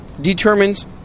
determines